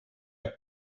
are